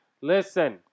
Listen